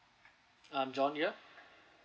I'm john here